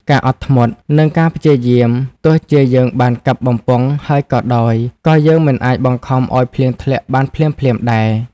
ការអត់ធ្មត់ និងការព្យាយាម ទោះជាយើងបានកាប់បំពង់ហើយក៏ដោយ ក៏យើងមិនអាចបង្ខំឱ្យភ្លៀងធ្លាក់បានភ្លាមៗដែរ។